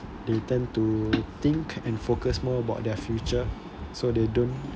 they tend to think and focus more about their future so they don't